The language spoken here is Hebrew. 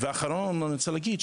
ודבר אחרון שאני רוצה להגיד,